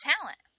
talent